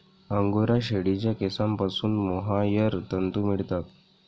angora शेळीच्या केसांपासून mohair तंतू मिळतात